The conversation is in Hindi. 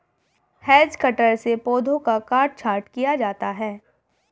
हेज कटर से पौधों का काट छांट किया जाता है